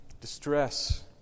Distress